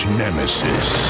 nemesis